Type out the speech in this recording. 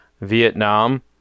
Vietnam